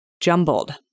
jumbled